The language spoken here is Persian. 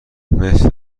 مثل